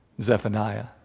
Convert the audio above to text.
Zephaniah